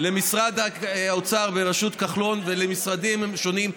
למשרד האוצר בראשות כחלון ולמשרדים שונים.